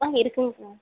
ஆ இருக்குங்க மேம்